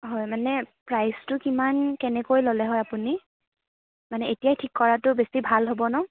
হয় মানে প্ৰাইজটো কিমান কেনেকৈ ল'লে হয় আপুনি মানে এতিয়াই ঠিক কৰাটো বেছি ভাল হ'ব ন